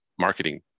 marketing